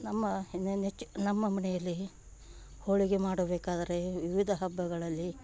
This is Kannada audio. ನಮ್ಮ ನೆಚ್ಚ್ ನಮ್ಮ ಮನೆಯಲ್ಲಿ ಹೋಳಿಗೆ ಮಾಡಬೇಕಾದರೆ ವಿವಿಧ ಹಬ್ಬಗಳಲ್ಲಿ